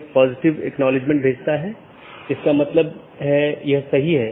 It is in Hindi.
एक IBGP प्रोटोकॉल है जो कि सब चीजों से जुड़ा हुआ है